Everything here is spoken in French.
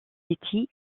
city